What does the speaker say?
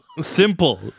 Simple